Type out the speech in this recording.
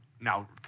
now